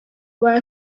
were